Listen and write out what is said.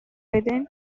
within